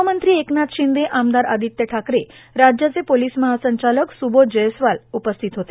गृहमंत्री एकनाथ शिंदे आमदार आदित्य ठाकरे राज्याचे पोलीस महासंचालक स्बोध जयस्वाल उपस्थित होते